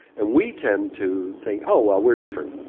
and we tend to think, oh well, we're different,